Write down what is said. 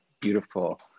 beautiful